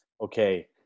okay